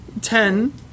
Ten